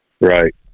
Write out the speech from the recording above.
Right